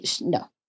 No